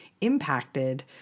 impacted